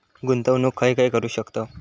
गुंतवणूक खय खय करू शकतव?